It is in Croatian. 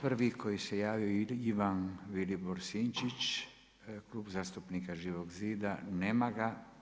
Prvi koji se javio Ivan Vilibor Sinčić Klub zastupnika Živog zida, nema ga.